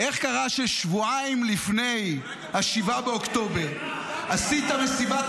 איך קרה ששבועיים לפני 7 באוקטובר עשית מסיבת